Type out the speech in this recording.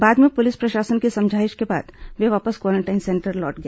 बाद में पुलिस प्रशासन की समझाइश के बाद वे वापस क्वारेंटाइन सेंटर लौटे